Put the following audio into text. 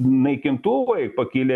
naikintuvai pakilę jų